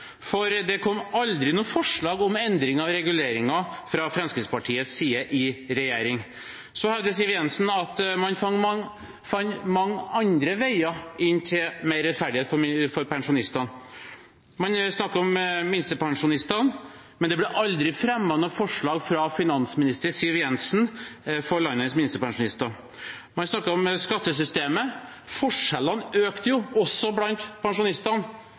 for det kom aldri noe forslag om endring av reguleringen fra Fremskrittspartiets side i regjering. Så hevder Siv Jensen at man fant mange andre veier inn til mer rettferdighet for pensjonistene. Man snakker om minstepensjonistene, men det ble aldri fremmet noe forslag fra finansminister Siv Jensen for landets minstepensjonister. Man snakket om skattesystemet. Forskjellene økte jo også blant pensjonistene